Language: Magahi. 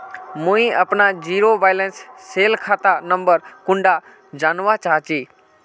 मुई अपना जीरो बैलेंस सेल खाता नंबर कुंडा जानवा चाहची?